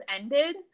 ended